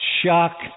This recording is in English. shock